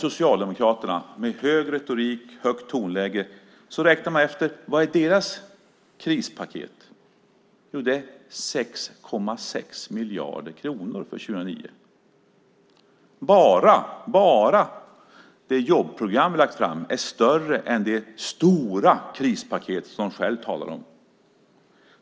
Socialdemokraterna har högstämd retorik och högt tonläge, men vad är deras krispaket? Jo, det är 6,6 miljarder kronor för 2009. Bara det jobbprogram som vi har lagt fram är mer omfattande än det stora krispaket som de själva talar om.